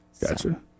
Gotcha